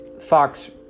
fox